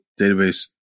database